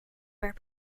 where